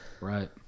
Right